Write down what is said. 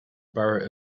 borough